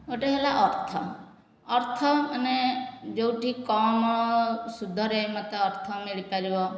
ଗୋଟିଏ ହେଲା ଅର୍ଥ ଅର୍ଥ ମାନେ ଯେଉଁଠି କମ ସୁଧରେ ମୋତେ ଅର୍ଥ ମିଳିପାରିବ